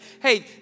Hey